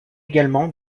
également